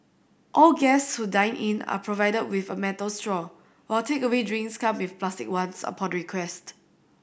all guests who dine in are provided with a metal straw while takeaway drinks come with plastic ones upon request